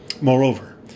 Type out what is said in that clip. Moreover